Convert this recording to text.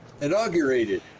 inaugurated